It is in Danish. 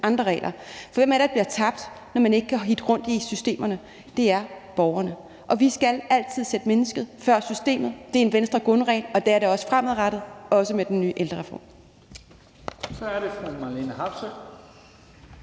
andre regler. Hvem er det, der bliver tabt, når man ikke kan hitte rundt i systemerne? Det er borgerne, og vi skal altid sætte mennesket før systemet. Det er en grundregel i Venstre, og det er det også fremadrettet – også med den nye ældrereform. Kl. 11:56 Første